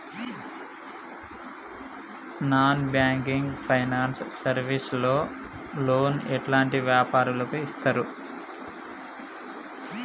Non banking finance service లో loan ఎలాంటి వ్యాపారులకు ఇస్తరు?